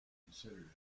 considered